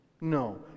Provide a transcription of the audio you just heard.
no